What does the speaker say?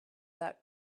that